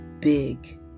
Big